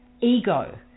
ego